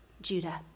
Judah